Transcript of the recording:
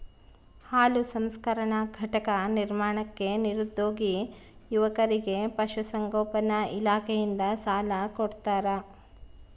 ಹಾಲು ಸಂಸ್ಕರಣಾ ಘಟಕ ನಿರ್ಮಾಣಕ್ಕೆ ನಿರುದ್ಯೋಗಿ ಯುವಕರಿಗೆ ಪಶುಸಂಗೋಪನಾ ಇಲಾಖೆಯಿಂದ ಸಾಲ ಕೊಡ್ತಾರ